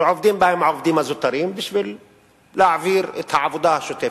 שעובדים בהם העובדים הזוטרים בשביל להעביר את העבודה השוטפת,